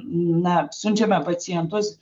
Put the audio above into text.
na siunčiame pacientus